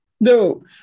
No